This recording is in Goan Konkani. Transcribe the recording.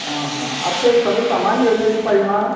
आं हां आतां तें सगळें सामान घेवन येवचें पडलें ना